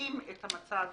את המצב